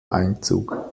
einzug